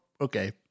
okay